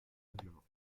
règlement